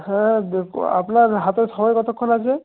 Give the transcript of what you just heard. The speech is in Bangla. হ্যাঁ দেকু আপনার হাতে সময় কতক্ষণ আছে